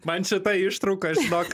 man šita ištrauka žinok